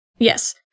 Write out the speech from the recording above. Yes